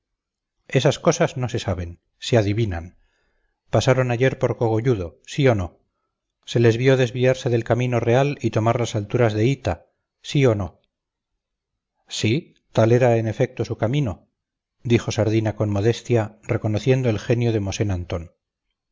esas cosas no se saben se adivinan pasaron ayer por cogolludo sí o no se les vio desviarse del camino real y tomar las alturas de hita sí o no sí tal era en efecto su camino dijo sardina con modestia reconociendo el genio de mosén antón